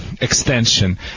extension